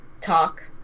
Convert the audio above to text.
talk